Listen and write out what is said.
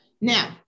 Now